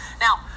Now